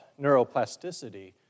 neuroplasticity